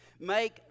Make